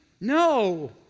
No